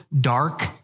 dark